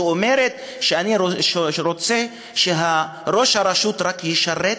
שאומרת: אני רוצה שראש הרשות ישרת